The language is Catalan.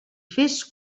fes